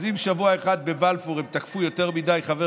אז אם שבוע אחד בבלפור הם תקפו יותר מדי חבר